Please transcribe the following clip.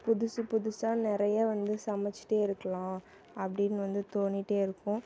புதுசு புதுசாக நிறைய வந்து சமைச்சுட்டே இருக்கலாம் அப்படின்னு வந்து தோணிட்டே இருக்கும்